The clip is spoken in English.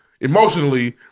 emotionally